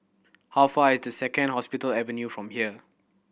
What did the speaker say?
how far away is the Second Hospital Avenue from here